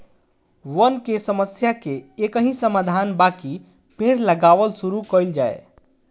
वन के समस्या के एकही समाधान बाकि पेड़ लगावल शुरू कइल जाए